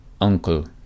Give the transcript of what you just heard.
Uncle